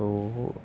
so